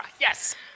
Yes